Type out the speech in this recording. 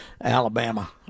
Alabama